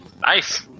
Nice